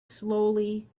slowly